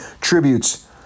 tributes